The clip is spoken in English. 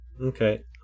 Okay